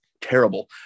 terrible